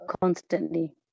constantly